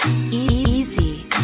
Easy